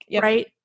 right